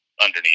underneath